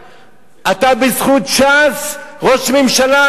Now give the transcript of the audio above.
אתה בזכות ש"ס ראש ממשלה היום.